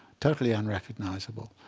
totally unrecognizable.